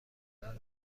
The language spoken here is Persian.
دارم